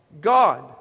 God